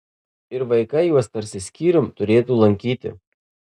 ir vaikai juos tarsi skyrium turėtų lankyti